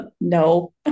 No